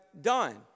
done